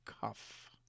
cuff